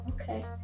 Okay